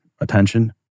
attention